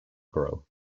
grow